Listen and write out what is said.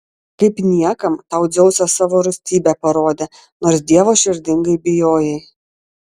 kaip niekam tau dzeusas savo rūstybę parodė nors dievo širdingai bijojai